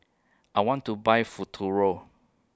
I want to Buy Futuro